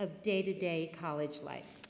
of day to day college life